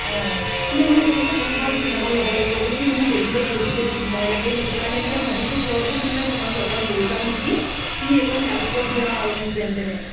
অঁ মানে মই সেইটো কথা গম পাওঁ তিনিটামান ল'ব লাগিব বুলি কিন্তু মোক বেজিলৈও বহুত বেছি ভয় লাগে সেইটো কাৰণে মানে ভাবিছোঁ ঘৰতো কোনো নাই তোমাক লগত লৈ যাওঁ নেকি তুমি এইকণ হেল্প কৰি দিয়া আৰু মোক যেন তেনে